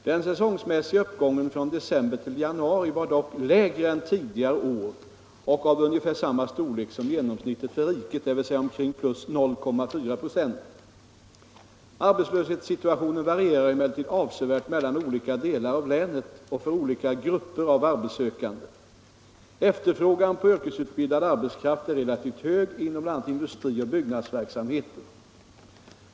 Den säsongmässiga EA Ts uppgången från december till januari var dock lägre än tidigare år och Om åtgärder mot av ungefär samma storlek som genomsnittet för riket, dvs. omkring arbetslösheten i + 0,4 98. Arbetslöshetssituationen varierar emellertid avsevärt mellan oli — Norrland ka delar av länet och för olika grupper av arbetssökande. Efterfrågan på yrkesutbildad arbetskraft är relativt hög inom bl.a. industrioch byggnadsverksamheten.